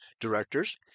directors